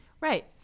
Right